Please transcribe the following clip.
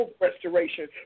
restoration